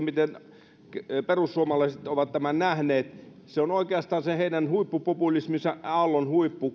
miten perussuomalaiset ovat kuntien valtionosuuskehityksen nähneet se on oikeastaan heidän huippupopulisminsa aallonhuippu